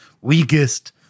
weakest